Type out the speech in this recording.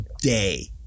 day